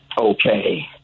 okay